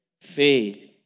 Faith